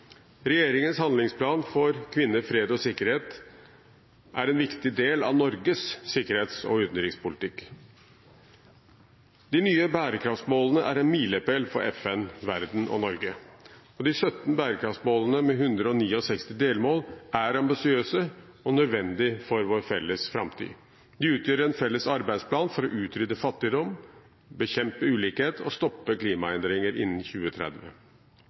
Regjeringens handlingsplan for kvinner, fred og sikkerhet er en viktig del av Norges sikkerhets- og utenrikspolitikk. De nye bærekraftsmålene er en milepæl for FN, verden og Norge. De 17 bærekraftsmålene, med 169 delmål, er ambisiøse og nødvendige for vår felles framtid. De utgjør en felles arbeidsplan for å utrydde fattigdom, bekjempe ulikhet og stoppe klimaendringer innen 2030.